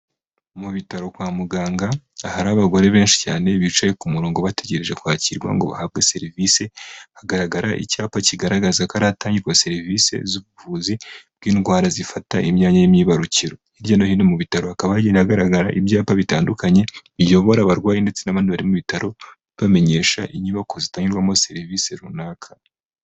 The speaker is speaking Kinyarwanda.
Mu bitaro kwa muganga, ahari abagore benshi cyane bicaye ku murongo bategereje kwakirwa ngo bahabwe serivisi, hagaragara icyapa kigaragaza ko ari ahatangirwa serivisi z'ubuvuzi, bw'indwara zifata imyanya y'imyibarukiro. Hirya no hino mu bitaro hakaba hagenda hagaragara ibyapa bitandukanye, biyobora abarwayi ndetse n'abandi bari mu bitaro, bibamenyesha inyubako zitangirwamo serivisi runaka.